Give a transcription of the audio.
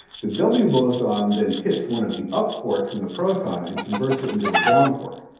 the w boson then hits one of the up quarks in the proton and converts it into a down quark.